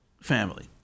family